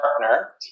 partner